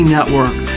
Network